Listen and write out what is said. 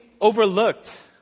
overlooked